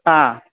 हा